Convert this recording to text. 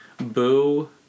Boo